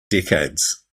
decades